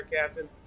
Captain